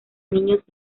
niños